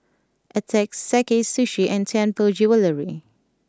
attack Sakae Sushi and Tianpo Jewellery